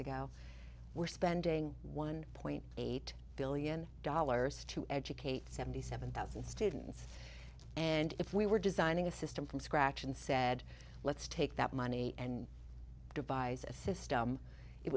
ago we're spending one point eight billion dollars to educate seventy seven thousand students and if we were designing a system from scratch and said let's take that money and devise a system it